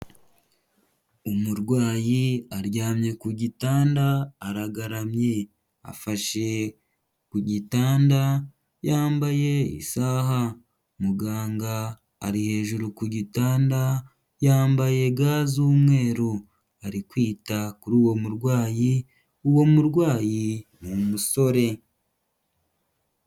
Umurwayi aryamye ku gitanda aragaramye afashe ku gitanda, yambaye isaha, muganga ari hejuru ku gitanda, yambaye ga z'umweru ari kwita kuri uwo murwayi, uwo murwayi ni umusore.